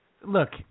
Look